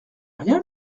rien